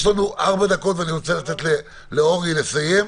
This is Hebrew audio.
יש לנו 4 דקות ואני רוצה לתת לאורי לסיים.